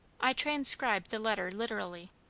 i transcribe the letter literally.